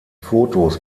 fotos